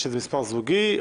שזה מספר זוגי,